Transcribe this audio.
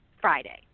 Friday